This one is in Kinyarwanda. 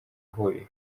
huriro